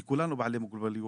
כי כולנו בעלי מוגבלויות,